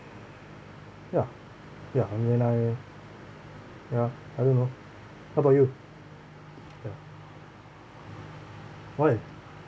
ya ya like when I ya I don't know how about you ya when